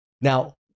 Now